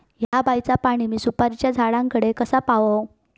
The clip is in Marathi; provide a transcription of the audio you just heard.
हया बायचा पाणी मी सुपारीच्या झाडान कडे कसा पावाव?